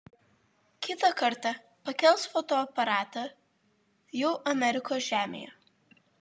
kitą kartą pakels fotoaparatą jau amerikos žemėje